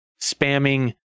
spamming